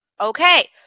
okay